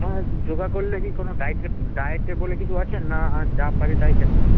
হ্যাঁ যোগা করলে কি কোনো ডায়েটে বলে কিছু আছে না যা পারে তাই খেতে হবে